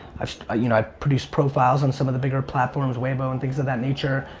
i ah you know produced profiles on some of the bigger platforms weibo, and things of that nature.